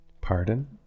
Pardon